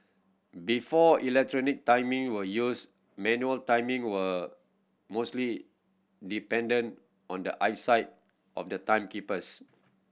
before electronic timing were used manual timing were mostly dependent on the eyesight of the timekeepers